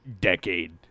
decade